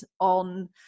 on